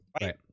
right